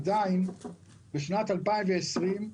עדיין בשנת 2020,